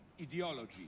ideology